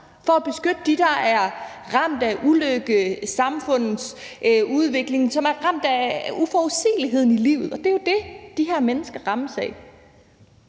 for at beskytte dem, der er ramt af ulykke, af samfundsudviklingen og af uforudsigeligheden i livet, og det er jo det, de her mennesker rammes af.